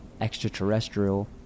extraterrestrial